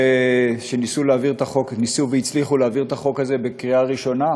כאשר ניסו והצליחו להעביר את החוק הזה בקריאה ראשונה.